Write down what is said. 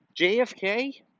JFK